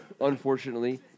unfortunately